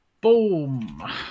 Boom